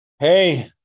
Hey